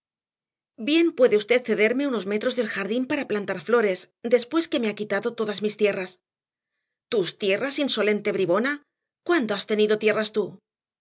bien puede usted cederme unos metros del jardín para plantar flores después que me ha quitado todas mis tierras tus tierras insolente bribona cuándo has tenido tierras tú